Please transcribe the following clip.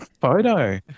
photo